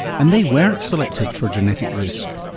and they weren't selected for genetic risk.